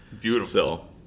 Beautiful